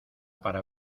para